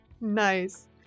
Nice